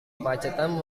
kemacetan